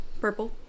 purple